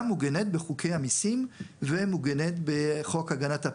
מוגנת בחוקי המיסים ומוגנת בחוק הגנת הפרטיות.